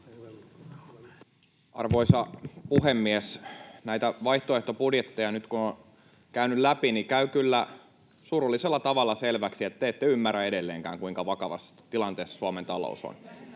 Arvoisa puhemies! Kun näitä vaihtoehtobudjetteja nyt on käynyt läpi, niin käy kyllä surullisella tavalla selväksi, että te ette ymmärrä edelleenkään, kuinka vakavassa tilanteessa Suomen talous on.